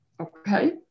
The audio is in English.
okay